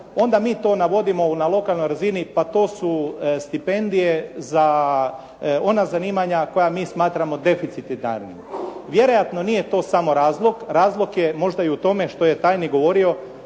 onda mi to navodimo na lokalnoj razini, pa to su stipendije za ona zanimanja koja mi smatramo deficitarnim. Vjerojatno nije to samo razlog, razlog je možda i u tome što je tajnik govorio